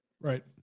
Right